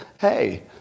hey